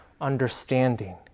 understanding